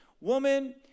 Woman